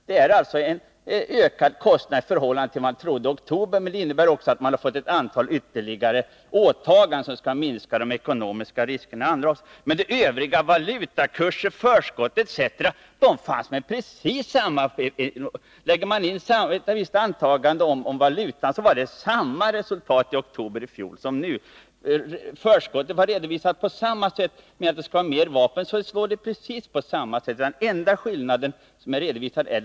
Det är en ökad kostnad i förhållande till det man trodde i oktober, men det innebär också att det gjorts ytterligare ett antal åtaganden som skall minska de ekonomiska riskerna i andra avseenden. I fråga om det övriga — valutakurser, förskott etc. — har vi att röra oss med antaganden. Lägger man in ett visst antagande om valutan, blir det samma resultat i oktober i fjol som nu. Förskottet var redovisat på samma sätt i oktober som nu. På samma sätt är det om man vill anslå mer för vapen.